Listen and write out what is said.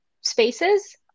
spaces